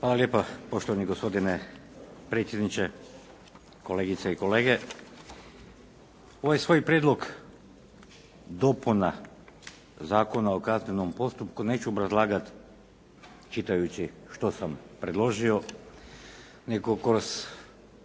Hvala lijepa poštovani gospodine predsjedniče, kolegice i kolege. Ovaj svoj prijedlog dopuna Zakona o kaznenom postupku neću obrazlagat čitajući što sam predložio, nego kroz